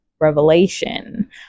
revelation